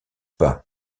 pas